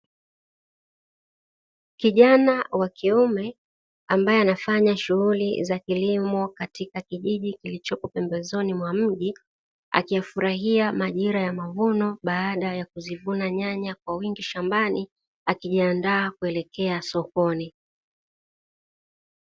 Kijana wa kiume ambaye anafanya shughuli za kilimo katika kijiji kilichopo pembezoni mwa mji, akiyafurahia majira ya mavuno baada ya kuzivuna nyanya kwa wingi shambani akijiandaa kuelekea sokoni.